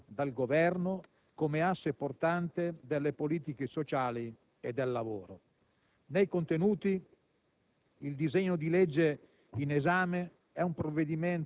che scaturisce dalla concertazione adottata dal Governo come asse portante delle politiche sociali e del lavoro. Si tratta